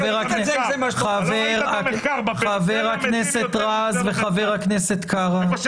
חבר הכנסת רז וחבר הכנסת ------ ארבע שנים קודם?